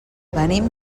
venim